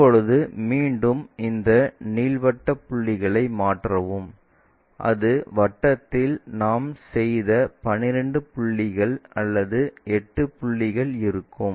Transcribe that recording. இப்போது மீண்டும் இந்த நீள்வட்ட புள்ளிகளை மாற்றவும் அது வட்டத்தில் நாம் செய்த 12 புள்ளிகள் அல்லது 8 புள்ளிகள் இருக்கும்